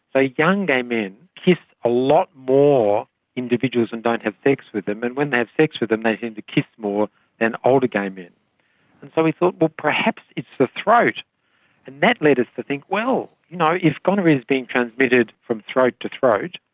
ah young gay men kiss a lot more individuals and don't have sex with them. and when they have sex with them they seem to kiss more than older gay men. and so we thought but perhaps it's the throat. and that led us to think, well, you know if gonorrhoea is being transmitted from throat to throat,